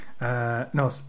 No